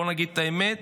בואו נגיד את האמת,